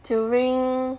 during